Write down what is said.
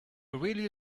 really